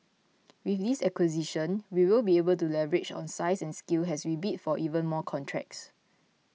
with this acquisition we will be able to leverage on size and scale as we bid for even more contracts